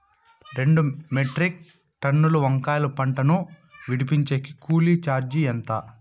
రెండు మెట్రిక్ టన్నుల వంకాయల పంట ను విడిపించేకి కూలీ చార్జీలు ఎంత?